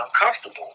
uncomfortable